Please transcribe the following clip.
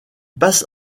passe